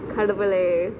கடவுளே:kadavule